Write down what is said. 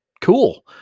cool